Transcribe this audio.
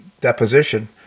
deposition